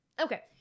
okay